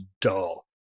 dull